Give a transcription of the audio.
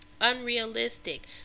unrealistic